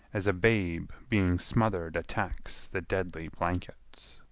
as a babe being smothered attacks the deadly blankets.